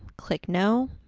click no,